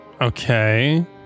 Okay